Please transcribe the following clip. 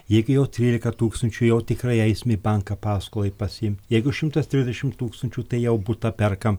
jeigu jau trylika tūkstančių jau tikrai eisim į banką paskolai pasiimt jeigu šimtas trisdešimt tūkstančių tai jau butą perkam